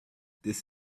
this